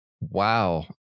Wow